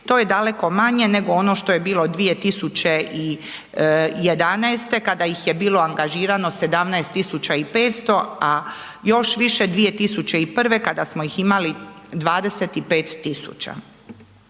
To je daleko manje nego ono što je bilo 2011. kada ih je bilo angažirano 17.500, a još više 2011. kada smo ih imali 25.000.